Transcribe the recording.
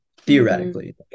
theoretically